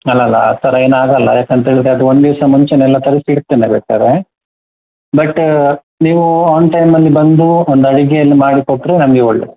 ಅಲ್ಲಲ್ಲ ಆ ಥರ ಏನಾಗಲ್ಲ ಯಾಕಂತಹೇಳಿದ್ರೆ ಅದು ಒಂದು ದಿವಸ ಮುಂಚೇನೆ ತರಿಸಿ ಇಡ್ತೇನೆ ಬೇಕಾದ್ರೆ ಬಟ್ ನೀವು ಆನ್ ಟೈಮಲ್ಲಿ ಬಂದು ಒಂದು ಅಡಿಗೆಯನ್ನು ಮಾಡಿಕೊಟ್ಟರೆ ನಮಗೆ ಒಳ್ಳೆದು